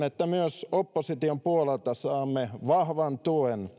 että myös opposition puolelta saamme vahvan tuen